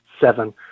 seven